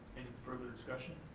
further discussion?